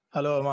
Hello